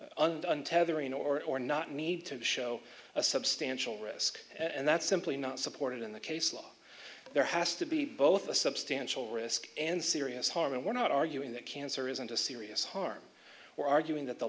in or not need to show a substantial risk and that's simply not supported in the case law there has to be both a substantial risk and serious harm and we're not arguing that cancer isn't a serious harm we're arguing that the